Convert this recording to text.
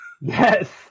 Yes